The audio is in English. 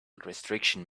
restriction